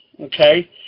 okay